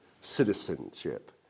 citizenship